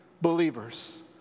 believers